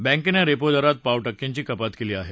बँकेनं रेपो दरात पाव टक्क्यांची कपात केली आहे